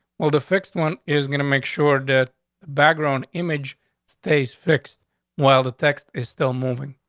well, the fixed one is gonna make sure that background image stays fixed while the text is still moving.